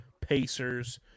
Pacers